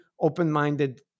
open-minded